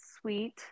sweet